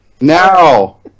Now